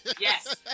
yes